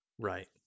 Right